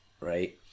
right